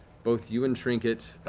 both you and trinket